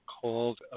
called